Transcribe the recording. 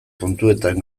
kontuetan